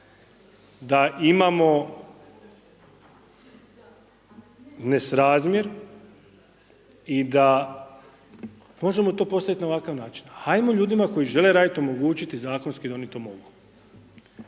da imamo nesrazmjer i da možemo to postaviti na ovakav način. Ajmo ljudima koji žele raditi, omogućiti zakonski da oni to mogu.